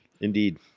indeed